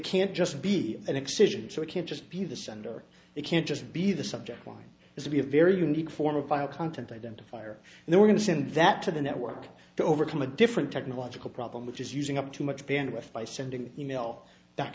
can't just be an extension so it can't just be the sender they can't just be the subject line has to be a very unique form of file content identifier and they were going to send that to the network to overcome a different technological problem which is using up too much bandwidth by sending email back